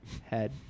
Head